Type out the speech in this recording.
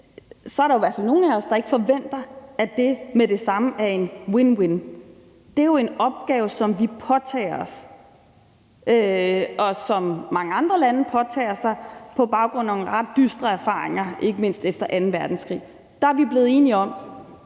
er der i hvert fald nogle af os, der ikke forventer, at det med det samme er en win-win-situation. Det er jo en opgave, som vi påtager os, og som mange andre lande påtager sig, på baggrund af nogle ret dystre erfaringer ikke mindst efter anden verdenskrig. Der er vi blevet enige om, at